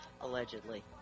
Allegedly